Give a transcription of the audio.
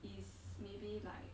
is maybe like